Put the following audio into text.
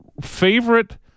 favorite